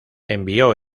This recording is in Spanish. envió